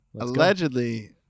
Allegedly